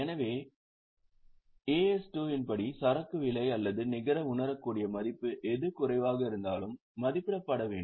எனவே AS 2 இன் படி சரக்கு விலை அல்லது நிகர உணரக்கூடிய மதிப்பு எது குறைவாக இருந்தாலும் மதிப்பிடப்பட வேண்டும்